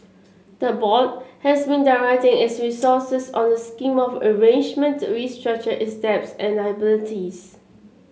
the board has been directing its resources on a scheme of arrangement to restructure its debts and liabilities